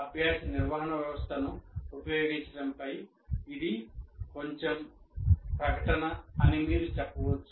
అభ్యాస నిర్వహణ వ్యవస్థను ఉపయోగించడంపై ఇది కొంచెం ప్రకటన అని మీరు చెప్పవచ్చు